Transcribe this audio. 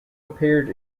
appeared